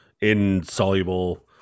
insoluble